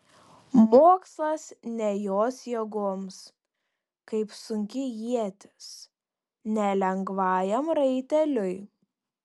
mokslas ne jos jėgoms kaip sunki ietis ne lengvajam raiteliui